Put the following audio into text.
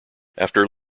after